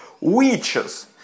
Witches